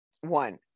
one